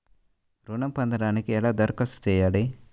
ఋణం పొందటానికి ఎలా దరఖాస్తు చేయాలి?